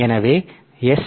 எனவே எஸ்